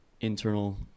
internal